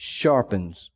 sharpens